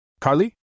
Carly